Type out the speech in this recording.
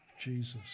Jesus